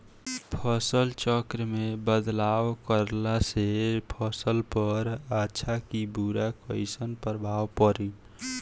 फसल चक्र मे बदलाव करला से फसल पर अच्छा की बुरा कैसन प्रभाव पड़ी?